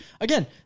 again